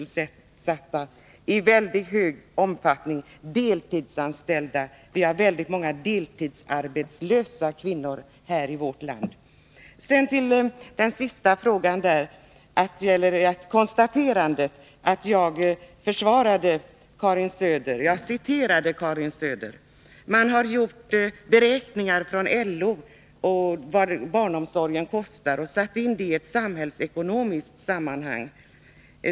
Men det är i mycket stor omfattning deltidsanställda — vi har väldigt många deltidsarbetslösa kvinnor i vårt land. Den sista frågan gällde ett konstaterande att jag försvarade Karin Söder. Jag citerade Karin Söder. LO har gjort beräkningar av vad barnomsorgen kostar och har satt in det i ett samhällsekonomiskt sammanhang.